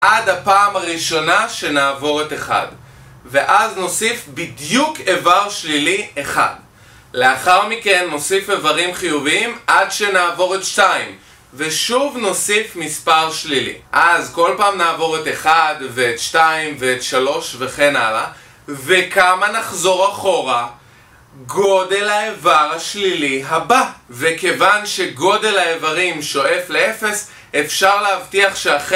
עד הפעם הראשונה שנעבור את 1 ואז נוסיף בדיוק איבר שלילי אחד. לאחר מכן נוסיף איברים חיוביים עד שנעבור את 2 ושוב נוסיף מספר שלילי אז כל פעם נעבור את 1 ואת 2 ואת 3 וכן הלאה וכמה נחזור אחורה? גודל האיבר השלילי הבא. וכיוון שגודל האיברים שואף לאפס אפשר להבטיח שהחלק